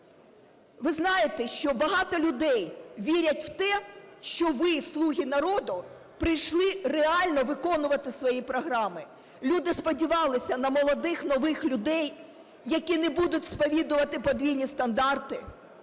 Ви знаєте, що багато людей вірять в те, що ви, "слуги народу", прийшли реально виконувати свої програми. Люди сподівалися на молодих нових людей, які не будуть сповідувати подвійні стандарти,